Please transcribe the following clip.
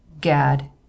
Gad